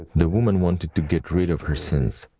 the woman wanted to get rid of her sins.